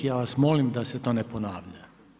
Ja vas molim da se to ne ponavlja.